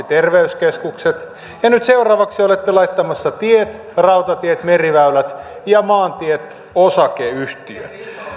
terveyskeskukset ja seuraavaksi olette laittamassa tiet rautatiet meriväylät ja maantiet osakeyhtiöksi